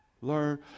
Learn